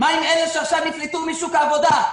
מה עם אלה שעכשיו נפלטו משוק העבודה?